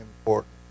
important